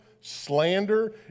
slander